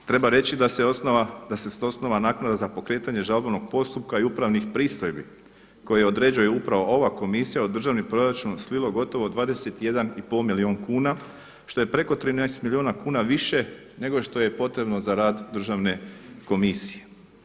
Treba reći da se osnova, da se s osnova naknada za pokretanje žalbenog postupka i upravnih pristojbi koje određuje upravo ova komisija u državni proračun slilo gotovo 21,5 milijun kuna što je preko 13 milijuna kuna više nego što je potrebno za rad državne komisije.